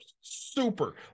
super